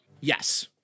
Yes